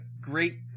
great